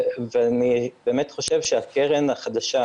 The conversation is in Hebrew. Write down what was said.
אני חושב שהקרן החדשה,